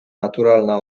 naturalna